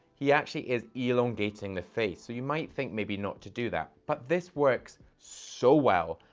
he actually is elongating the face. so you might think maybe not to do that, but this works so well,